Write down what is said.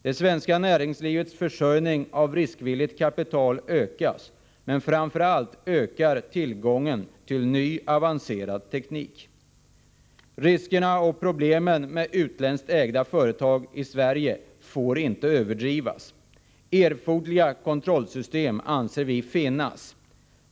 Det svenska näringslivets försörjning av riskvilligt kapital ökas, men framför allt ökar tillgången till ny avancerad teknik. Riskerna och problemen med utländskt ägda företag i Sverige får inte överdrivas. Erforderliga kontrollsystem anser vi finns.